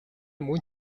мөн